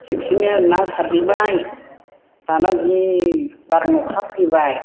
खेबसे ना सारहैबाय दाना जि बार अखा फैबाय